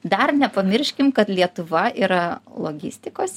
dar nepamirškim kad lietuva yra logistikos